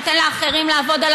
תודה,